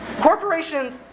Corporations